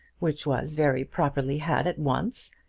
which was very properly had at once,